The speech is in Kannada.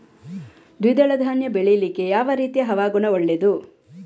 ದ್ವಿದಳ ಧಾನ್ಯ ಬೆಳೀಲಿಕ್ಕೆ ಯಾವ ರೀತಿಯ ಹವಾಗುಣ ಒಳ್ಳೆದು?